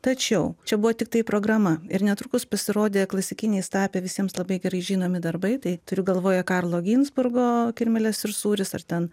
tačiau čia buvo tiktai programa ir netrukus pasirodė klasikiniais tapę visiems labai gerai žinomi darbai tai turiu galvoje karlo ginzburgo kirmėlės ir sūris ar ten